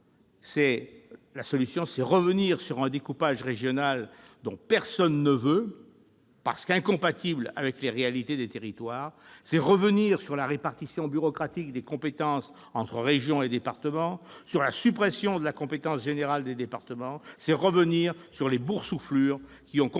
nation : revenir, donc, sur un découpage régional dont personne ne veut, parce qu'il est incompatible avec les réalités des territoires, et revenir sur la répartition bureaucratique des compétences entre régions et départements, sur la suppression de la compétence générale des départements, sur les boursouflures qui ont complexifié la gestion